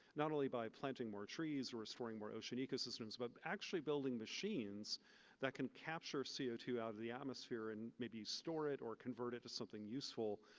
not only by planting more trees or restoring more ocean ecosystems, but actually building machines that can capture c o two out of the atmosphere and maybe you store it or convert it to something useful.